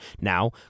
Now